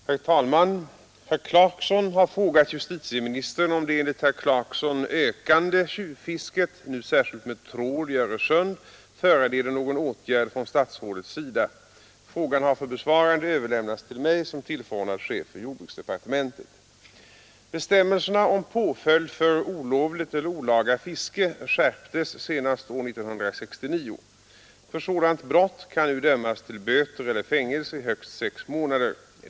Herr talman! Herr Clarkson har frågat justitieministern om det enligt herr Clarkson ökande tjuvfisket, nu särskilt med trål i Öresund, föranleder någon åtgärd från statsrådets sida. Frågan har för besvarande överlämnats till mig som tf. chef för jordbruksdepartementet. Bestämmelserna om påföljd för olovligt eller olaga fiske skärptes senast år 1969. För sådant brott kan nu dömas till böter eller fängelse i högst sex månader.